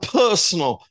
personal